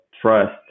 trust